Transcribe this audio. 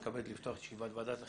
אני מתכבד לפתוח את ישיבת ועדת החינוך,